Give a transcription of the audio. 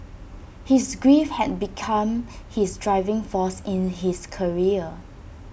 his grief had become his driving force in his career